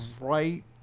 right